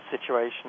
situation